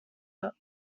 out